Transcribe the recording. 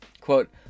Quote